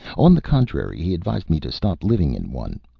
on the contrary. he advised me to stop living in one.